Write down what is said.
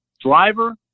Driver